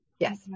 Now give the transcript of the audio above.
Yes